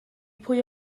pwy